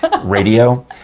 radio